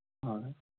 ꯍꯣꯏ